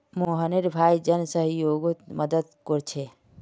मोहनेर भाई जन सह्योगोत मदद कोरछे